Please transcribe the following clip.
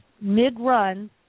mid-run